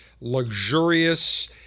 luxurious